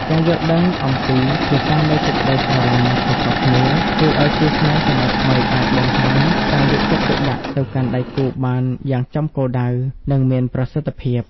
ការយល់ដឹងអំពី «ភាសានៃសេចក្ដីស្រឡាញ់» ខុសៗគ្នា ជួយឱ្យគូស្នេហ៍សម័យថ្មីអាចបង្ហាញការយកចិត្តទុកដាក់ទៅកាន់ដៃគូបានយ៉ាងចំគោលដៅ និងមានប្រសិទ្ធភាព។